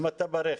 אם אתה ברכב.